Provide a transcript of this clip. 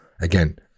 again